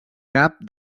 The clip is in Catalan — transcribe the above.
cap